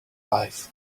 life